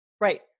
Right